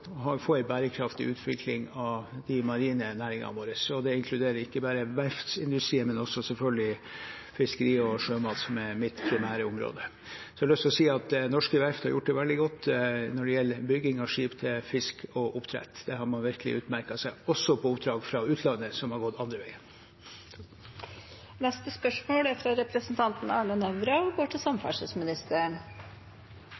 få en bærekraftig utvikling av de marine næringene våre. Det inkluderer ikke bare verftsindustrien, men selvfølgelig også fiskeri og sjømat, som er mitt primære område. Jeg har lyst til å si at norske verft har gjort det veldig godt når det gjelder bygging av skip til fisk og oppdrett. Der har man virkelig utmerket seg, og også på oppdrag fra utlandet, som har gått andre veien. «En NGU-rapport bestilt av Statens vegvesen viser til